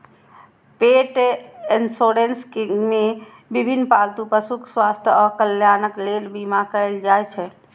पेट इंश्योरेंस मे विभिन्न पालतू पशुक स्वास्थ्य आ कल्याणक लेल बीमा कैल जाइ छै